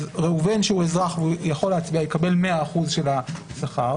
אז ראובן שהוא אזרח ויכול להצביע יקבל 100% של השכר,